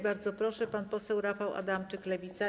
Bardzo proszę, pan poseł Rafał Adamczyk, Lewica.